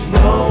no